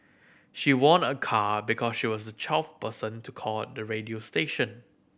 she won a car because she was the twelfth person to call the radio station